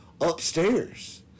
upstairs